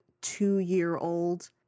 two-year-old